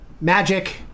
Magic